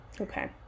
Okay